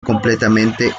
completamente